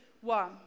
one